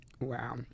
Wow